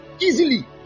easily